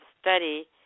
study